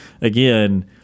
again